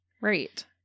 Right